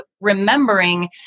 remembering